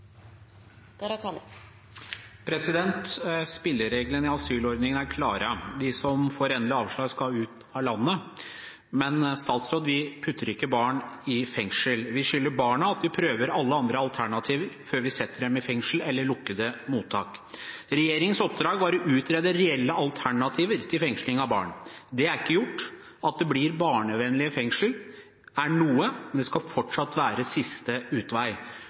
klare. De som får endelig avslag, skal ut av landet, men vi setter ikke barn i fengsel. Vi skylder barna at vi prøver alle andre alternativer før vi setter dem i fengsel eller lukkede mottak. Regjeringens oppdrag var å utrede reelle alternativer til fengsling av barn. Det er ikke gjort. At det blir barnevennlige fengsel, er noe, men det skal fortsatt være siste utvei.